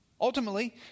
Ultimately